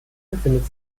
befindet